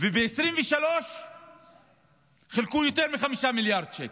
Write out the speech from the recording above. ב-2023 חילקו יותר מ-5 מיליארד שקל.